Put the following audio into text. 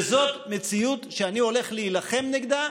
וזאת מציאות שאני הולך להילחם נגדה,